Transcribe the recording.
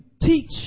teach